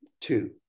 two